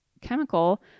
chemical